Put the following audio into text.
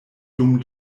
dum